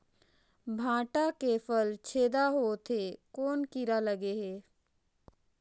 भांटा के फल छेदा होत हे कौन कीरा लगे हे?